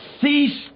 Cease